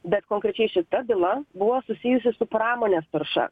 bet konkrečiai šita byla buvo susijusi su pramonės tarša